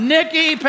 Nikki